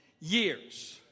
years